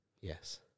Yes